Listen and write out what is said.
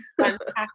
fantastic